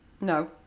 No